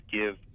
give